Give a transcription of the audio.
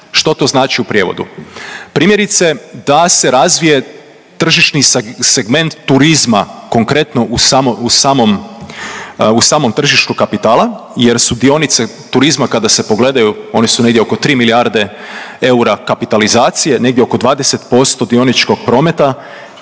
Što to znači u prijevodu? Primjerice da se razvije tržišni segment turizma konkretno u samom tržištu kapitala jer su dionice turizma kada se pogledaju one su negdje oko tri milijarde eura kapitalizacije, negdje oko 20% dioničkog prometa